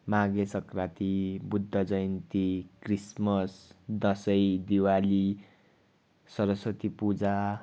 Maghe Sankranti Buddha Jayanti Christmas Dashain Diwali Saraswati Puja